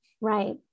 Right